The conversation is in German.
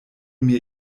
mir